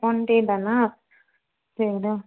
one day தானா